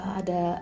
ada